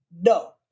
no